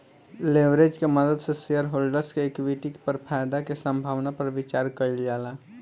leverage के मदद से शेयरहोल्डर्स के इक्विटी पर फायदा के संभावना पर विचार कइल जाला